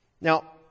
Now